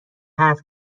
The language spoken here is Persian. حرف